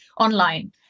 online